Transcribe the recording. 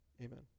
Amen